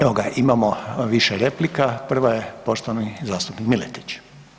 Evo ga, imamo više replika, prva je poštovani zastupnik Miletić.